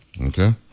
okay